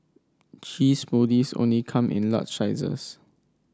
cheese smoothies only come in large sizes